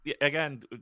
again